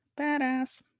badass